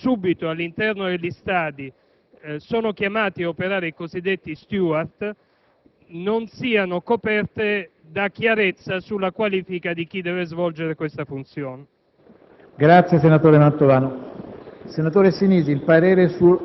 è che norme che sono immediatamente applicabili (da subito all'interno degli stadi sono chiamati ad operare i cosiddetti *steward*) non siano coperte da chiarezza sulla qualifica di chi deve svolgere questa funzione.